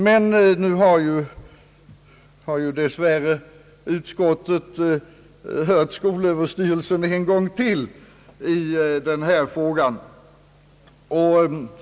Men nu har ju dess värre utskottet hört skolöverstyrelsen en gång till i denna fråga.